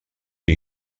que